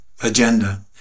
agenda